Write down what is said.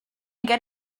get